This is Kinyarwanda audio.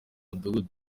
mudugudu